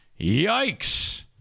Yikes